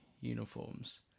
uniforms